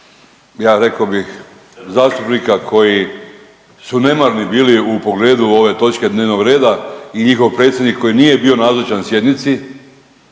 ja rekao bih zastupnika koji su nemarni bili u pogledu ove točke dnevnog reda i njihov predsjednik koji nije bio nazočan sjednici